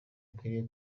akwiriye